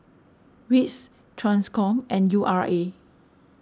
Wits Transcom and U R A